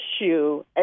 issue